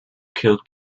killed